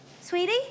sweetie